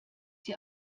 sie